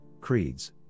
creeds